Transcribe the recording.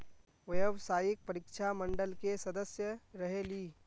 व्यावसायिक परीक्षा मंडल के सदस्य रहे ली?